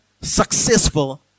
successful